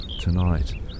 tonight